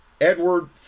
Edward